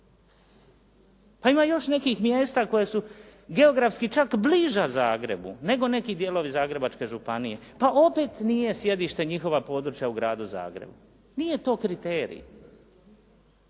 Ima još nekih mjesta koja su geografski čak bliža Zagrebu nego neki dijelovi Zagrebačke županije, pa opet nije sjedište njihova područja u Gradu Zagrebu, nije to kriterij.